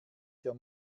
der